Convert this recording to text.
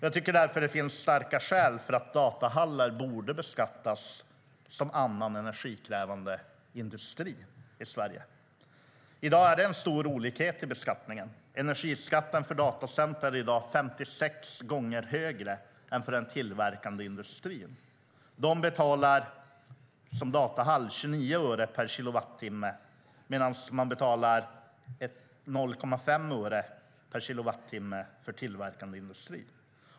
Jag tycker därför att det finns starka skäl för att datahallar beskattas som annan energikrävande industri i Sverige. I dag är det en stor olikhet i beskattningen. Energiskatten för datacenter är i dag 56 gånger högre än för den tillverkande industrin. Datacenter betalar som datahall 29 öre per kilowattimme, medan man betalar 0,5 öre per kilowattimme inom tillverkande industri.